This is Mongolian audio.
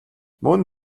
мөн